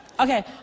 Okay